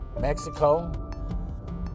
Mexico